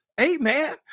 Amen